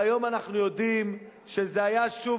והיום אנחנו יודעים שזה היה שוב,